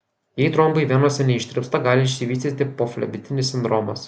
jei trombai venose neištirpsta gali išsivystyti poflebitinis sindromas